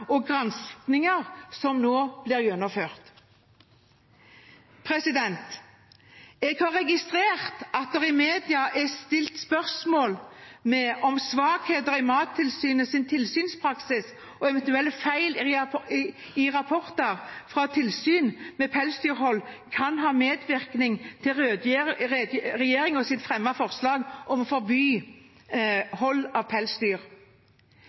og granskingene som nå blir gjennomført. Jeg har registrert at det i mediene er stilt spørsmål ved om svakheter i Mattilsynets tilsynspraksis og eventuelle feil i rapporter fra tilsyn med pelsdyrhold kan ha medvirket til at regjeringen fremmet forslag om å forby hold av pelsdyr.